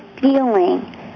feeling